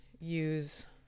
use